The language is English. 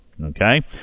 okay